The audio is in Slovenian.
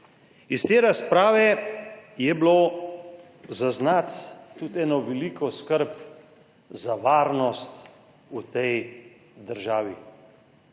Iz te razprave je bilo zaznati tudi eno veliko skrb za varnost v tej državi.